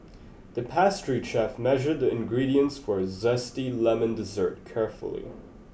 the pastry chef measured the ingredients for a zesty lemon dessert carefully